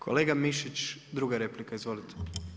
Kolega Mišić, druga replika, izvolite.